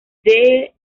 del